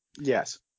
Yes